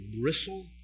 bristle